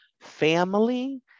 family